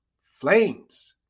flames